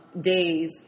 days